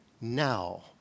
now